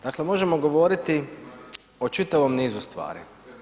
Dakle možemo govoriti o čitavom nizu stvari.